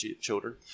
children